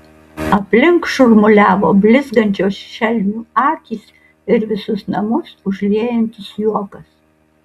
aplink šurmuliavo blizgančios šelmių akys ir visus namus užliejantis juokas